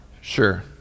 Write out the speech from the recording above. Sure